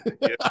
Yes